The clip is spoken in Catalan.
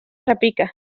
repica